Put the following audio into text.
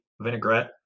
vinaigrette